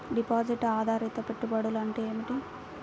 Deposit ఆధారిత పెట్టుబడులు అంటే ఏమిటి?